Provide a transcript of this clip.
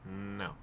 No